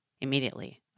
Immediately